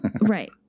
Right